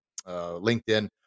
LinkedIn